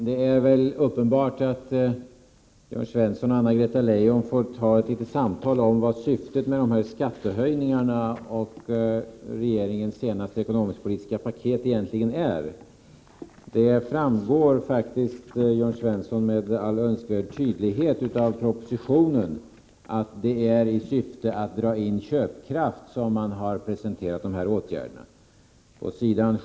Herr talman! Det är uppenbart att Jörn Svensson och Anna-Greta Leijon får ta ett litet samtal om vad syftet med skattehöjningarna och regeringens senaste ekonomisk-politiska paket egentligen är. Av propositionen framgår faktiskt, Jörn Svensson, med all önskvärd tydlighet att det är i syfte att dra in köpkraft som regeringen har presenterat åtgärderna. Pås.